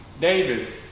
David